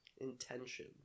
Intention